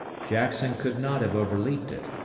jackson could not have overleaped it,